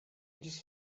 just